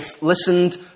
listened